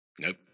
Nope